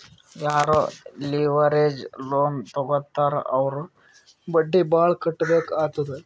ಯಾರೂ leverage loan ತಗೋತ್ತಾರ್ ಅವ್ರು ಬಡ್ಡಿ ಭಾಳ್ ಕಟ್ಟಬೇಕ್ ಆತ್ತುದ್